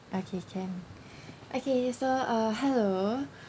okay can okay so uh hello